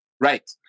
Right